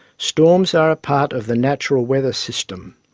storms are a part of the natural weather system.